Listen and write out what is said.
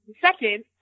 second